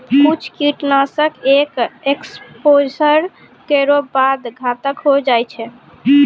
कुछ कीट नाशक एक एक्सपोज़र केरो बाद घातक होय जाय छै